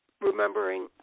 remembering